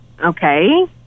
okay